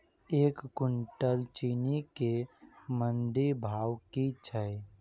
एक कुनटल चीनी केँ मंडी भाउ की छै?